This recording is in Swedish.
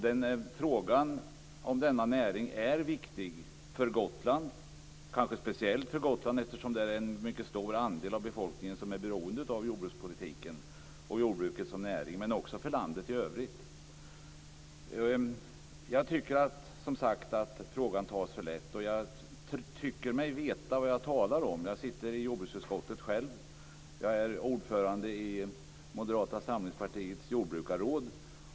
Denna näring är viktig, kanske speciellt för Gotland, eftersom en stor andel av befolkningen där är beroende av jordbrukspolitiken och av jordbruket som näring. Men denna näring är också viktig för landet i övrigt. Jag tycker, som sagt, att man tar för lätt på frågan och jag tror mig då veta vad jag talar om. Själv sitter jag i jordbruksutskottet. Dessutom är jag ordförande i Moderata samlingspartiets jordbrukarråd.